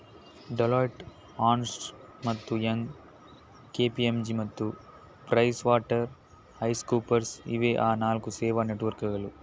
Deloitte, Ernst ಮತ್ತು Young, KPMG ಮತ್ತು PricewaterhouseCoopers ಇವೇ ಆ ನಾಲ್ಕು ಸೇವಾ ನೆಟ್ವರ್ಕ್ಕುಗಳು